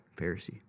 Pharisee